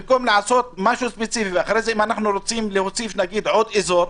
במקום לעשות משהו ספציפי ואחרי זה אם אנחנו רוצים להוסיף למשל עוד אזור,